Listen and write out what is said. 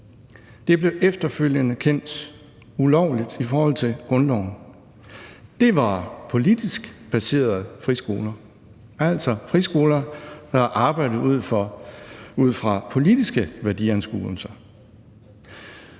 Den blev efterfølgende kendt ulovlig i forhold til grundloven. Det var politisk baserede friskoler, altså friskoler, der arbejdede ud fra politiske værdianskuelser.